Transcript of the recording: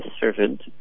servant